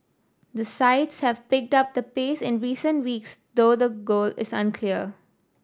the sides have picked up the pace in recent weeks though the goal is unclear